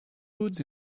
woods